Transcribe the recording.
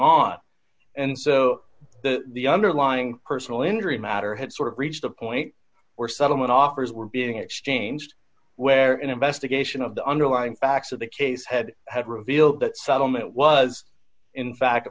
on and so the underlying personal injury matter had sort of reached a point where settlement offers were being exchanged where an investigation of the underlying facts of the case had had revealed that settlement was in